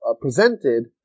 presented